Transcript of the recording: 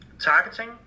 targeting